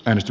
risto